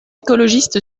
écologiste